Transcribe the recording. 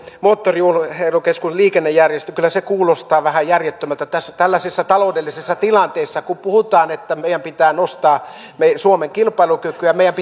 moottoriurheilukeskuksen liikennejärjestelyihin kyllä kuulostaa vähän järjettömältä tällaisessa taloudellisessa tilanteessa kun puhutaan että meidän pitää nostaa suomen kilpailukykyä meidän